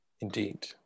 indeed